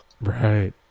right